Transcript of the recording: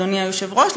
אדוני היושב-ראש.